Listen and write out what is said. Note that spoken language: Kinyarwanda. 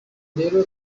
rero